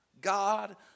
God